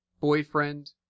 boyfriend